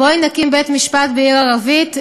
בואי נקים בית-משפט בעיר ערבית,